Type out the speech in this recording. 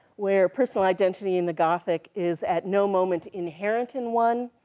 where personal identity in the gothic is at no moment inherent in one,